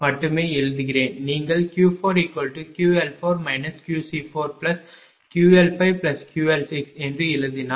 நீங்கள் Q4QL4 QC4QL5QL6 என்று எழுதினால்